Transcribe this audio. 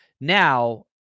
Now